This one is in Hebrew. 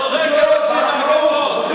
זורק אותם מהגגות.